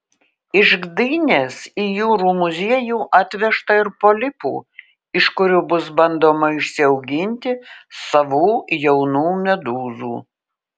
iš gdynės į jūrų muziejų atvežta ir polipų iš kurių bus bandoma išsiauginti savų jaunų medūzų